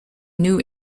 new